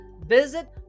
Visit